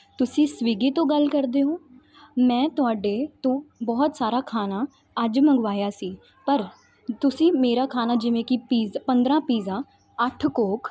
ਤੁਸੀਂ ਸਵੀਗੀ ਤੋਂ ਗੱਲ ਕਰਦੇ ਹੋ ਮੈਂ ਤੁਹਾਡੇ ਤੋਂ ਬਹੁਤ ਸਾਰਾ ਖਾਣਾ ਅੱਜ ਮੰਗਵਾਇਆ ਸੀ ਪਰ ਤੁਸੀਂ ਮੇਰਾ ਖਾਣਾ ਜਿਵੇਂ ਕਿ ਪੀਜ਼ ਪੰਦਰਾਂ ਪੀਜ਼ਾ ਅੱਠ ਕੋਕ